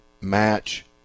match